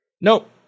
nope